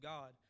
God